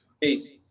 Peace